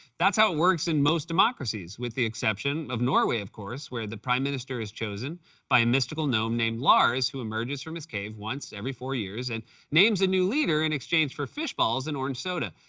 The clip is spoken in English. that's how it works in most democracies, with the exception of norway, of course, where the prime minister is chosen by a mystical gnome named lars, who emerges from his cave once every four years and names a new leader, in exchange for fish balls and orange soda.